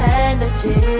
energy